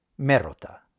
Merota